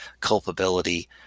culpability